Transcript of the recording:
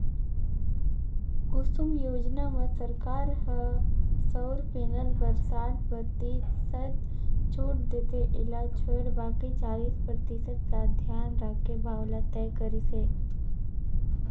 कुसुम योजना म सरकार ह सउर पेनल बर साठ परतिसत छूट देथे एला छोयड़ बाकि चालीस परतिसत ल धियान राखके भाव ल तय करिस हे